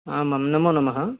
आम् आं नमो नमः